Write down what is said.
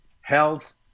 health